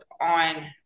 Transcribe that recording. on